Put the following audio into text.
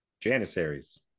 janissaries